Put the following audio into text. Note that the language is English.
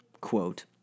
quote